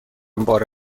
بار